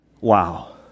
Wow